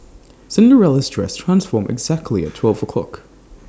Cinderella's dress transformed exactly at twelve o' clock